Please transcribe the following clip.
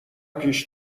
پیش